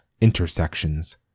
intersections